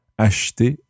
acheter